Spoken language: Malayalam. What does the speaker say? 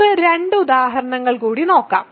നമുക്ക് രണ്ട് ഉദാഹരണങ്ങൾ കൂടി നോക്കാം